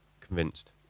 convinced